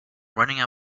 running